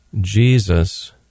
Jesus